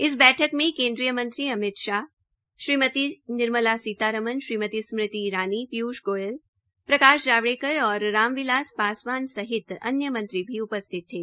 इस बैठक में केन्द्रीय मंत्री अमितशाह श्रीमती निर्मला सीतारमन श्रीमती स्मृति ईरानी पीयूष गोयल प्रकाश जावड़ेकर और राम बिलास पासवान सहित अन्य मंत्रियों भी उपस्थित थे